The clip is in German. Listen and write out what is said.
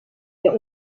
der